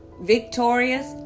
victorious